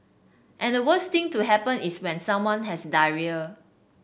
and the worst thing to happen is when someone has diarrhoea